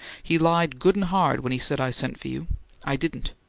he lied good and hard when he said i sent for you i didn't.